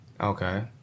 Okay